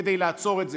כדי לעצור את זה,